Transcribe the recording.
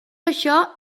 això